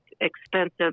expensive